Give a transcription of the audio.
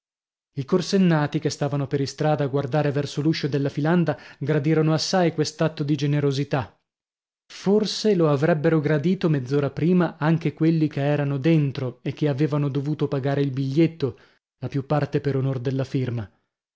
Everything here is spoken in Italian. i corsennati che stavano per istrada a guardare verso l'uscio della filanda gradirono assai quest'atto di generosità forse lo avrebbero gradito mezz'ora prima anche quelli che erano dentro e che avevano dovuto pagare il biglietto la più parte per onor della firma